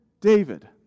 David